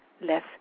less